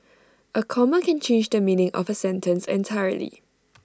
A comma can change the meaning of A sentence entirely